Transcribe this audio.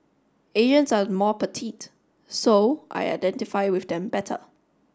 Asians are more petite so I identify with them better